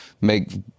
make